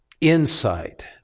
insight